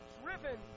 driven